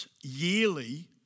yearly